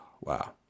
Wow